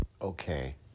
Okay